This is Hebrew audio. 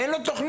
אין לו תכנית